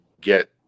get